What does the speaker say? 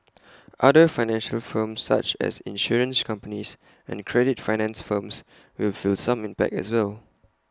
other financial firms such as insurance companies and credit finance firms will feel some impact as well